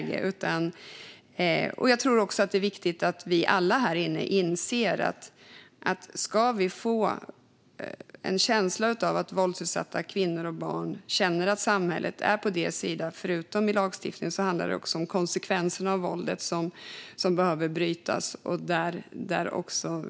Det är viktigt att vi alla inser att om vi ska få våldsutsatta kvinnor och barn att känna att samhället står på deras sida, förutom i lagstiftningen, handlar det också om konsekvensen av våldet, som behöver brytas.